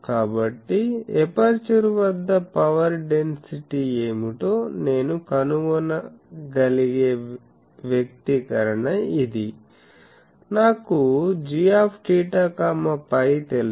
కాబట్టి ఎపర్చరు వద్ద power density ఏమిటో నేను కనుగొన గలిగే వ్యక్తీకరణ ఇది నాకు gθφ తెలుసు